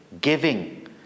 giving